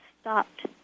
stopped